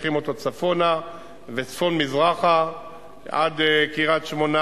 ממשיכים אותו צפונה וצפון-מזרחה עד קריית-שמונה.